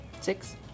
Six